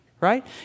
right